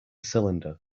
cylinder